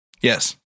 Yes